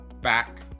back